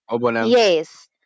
Yes